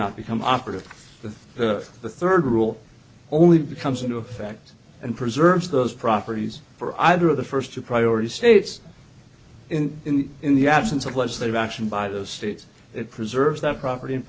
not become operative but the third rule only comes into effect and preserves those properties for either of the first two priority states in the absence of legislative action by the states it preserves that property